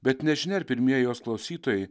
bet nežinia ar pirmieji jos klausytojai